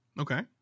Okay